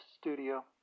studio